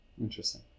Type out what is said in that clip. Interesting